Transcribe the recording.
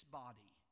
body